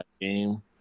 game